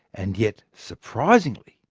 and yet surprisingly,